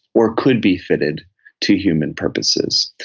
or could be fitted to human purposes,